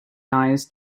nuys